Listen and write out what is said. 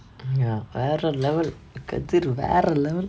mm ya வேற:vera level kathir வேற:vera level